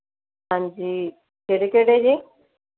ਹਾਂਜੀ ਕਿਹੜੇ ਕਿਹੜੇ ਜੀ